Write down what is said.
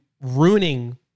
ruining